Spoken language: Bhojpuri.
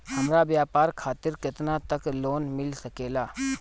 हमरा व्यापार खातिर केतना तक लोन मिल सकेला?